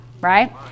Right